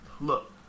look